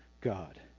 God